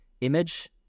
image